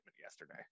yesterday